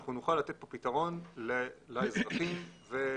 ואנחנו נוכל לתת פה פתרון לאזרחים ולסביבה.